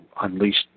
unleashed